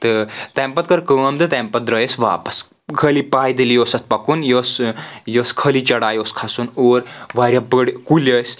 تہٕ تَمہِ پَتہٕ کٔر کٲم تہٕ تَمہِ پَتہٕ دراے أسۍ واپس خٲلی پایدلی اوس اتھ پَکُن یہِ اوس یہِ ٲس خٲلی چَڑایہِ اوس کَھسُن اور واریاہ بٔڑ کُلی ٲسۍ